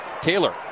Taylor